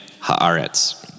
Haaretz